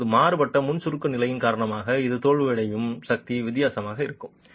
இப்போது மாற்றப்பட்ட முன் சுருக்க நிலைகள் காரணமாக அது தோல்வியடையும் சக்தி வித்தியாசமாக இருக்கும்